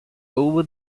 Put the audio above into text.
over